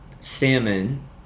Salmon